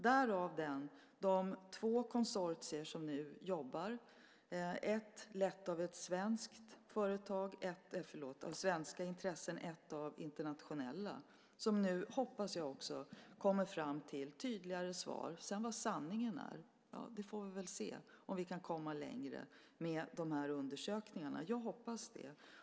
Därav de två konsortier som nu jobbar, ett lett av svenska intressen och ett av internationella. Jag hoppas att de nu kommer fram till tydligare svar. Sedan beträffande vad sanningen är så får vi väl se om vi kan komma längre med de här undersökningarna. Jag hoppas det.